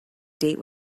date